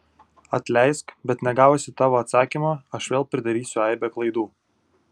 atleisk bet negavusi tavo atsakymo aš vėl pridarysiu aibę klaidų